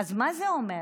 אז מה זה אומר?